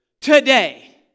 today